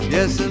Yes